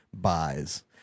buys